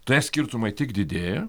tie skirtumai tik didėja